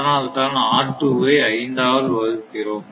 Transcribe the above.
அதனால் தான் வை 5 ஆல் வகுக்கிரோம்